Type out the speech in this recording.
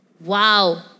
Wow